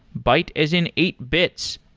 byte as in eight bits.